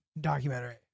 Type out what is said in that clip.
documentary